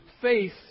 faith